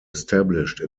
established